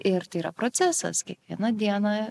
ir tai yra procesas kiekvieną dieną